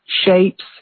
shapes